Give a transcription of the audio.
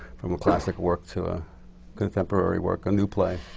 from a classic work to a contemporary work, a new play.